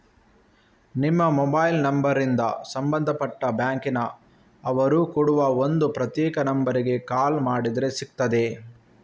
ನಿಮ್ಮ ಮೊಬೈಲ್ ನಂಬರಿಂದ ಸಂಬಂಧಪಟ್ಟ ಬ್ಯಾಂಕಿನ ಅವರು ಕೊಡುವ ಒಂದು ಪ್ರತ್ಯೇಕ ನಂಬರಿಗೆ ಕಾಲ್ ಮಾಡಿದ್ರೆ ಸಿಗ್ತದೆ